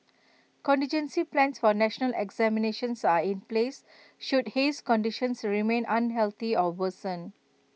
contingency plans for national examinations are in place should haze conditions remain unhealthy or worsen